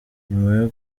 nyuma